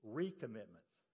Recommitments